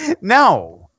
no